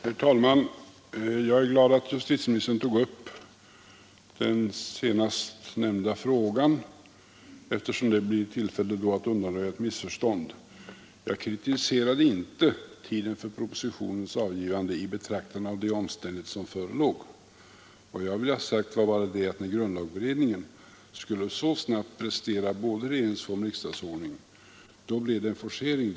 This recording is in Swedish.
Herr talman! Jag är glad att justitieministern tog upp den senast nämnda frågan, eftersom jag därigenom får tillfälle att undanröja ett missförstånd. Jag kritiserade inte tiden för propositionens avgivande i betraktande av de omständigheter som förelåg. Vad jag ville ha sagt var att när grundlagberedningen skulle så snabbt prestera både regeringsform och riksdagsordning blev det en forcering.